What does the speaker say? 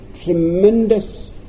tremendous